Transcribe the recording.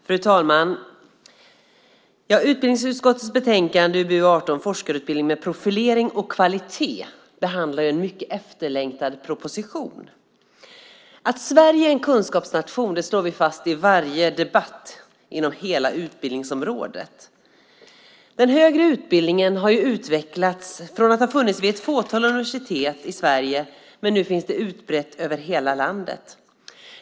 Fru talman! Utbildningsutskottets betänkande UbU18, Forskarutbildning med profilering och kvalitet , behandlar en mycket efterlängtad proposition. Att Sverige är en kunskapsnation slår vi fast i varje debatt inom hela utbildningsområdet. Den högre utbildningen har utvecklats från att ha funnits vid ett fåtal universitet i Sverige till att finnas utbredd över hela landet.